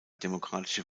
demokratische